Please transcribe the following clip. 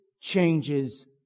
changes